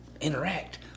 interact –